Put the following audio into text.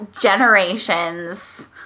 generations